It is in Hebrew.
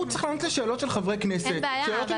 צריך לענות על שאלות אינפורמטיביות של חברי כנסת בנוגע